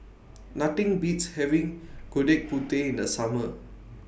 Nothing Beats having Gudeg Putih in The Summer